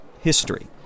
history